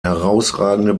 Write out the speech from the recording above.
herausragende